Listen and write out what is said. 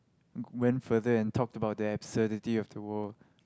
went further and talk about the absurdity of the wall